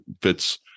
fits